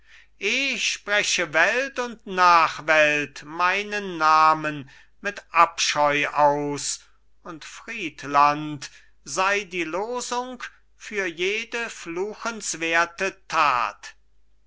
eh spreche welt und nachwelt meinen namen mit abscheu aus und friedland sei die losung für jede fluchenswerte tat